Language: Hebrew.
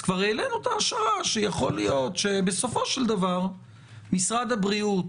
אז כבר העלינו את ההשערה שיכול להיות שבסופו של דבר משרד הבריאות